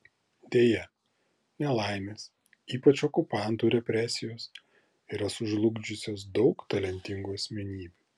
deja nelaimės ypač okupantų represijos yra sužlugdžiusios daug talentingų asmenybių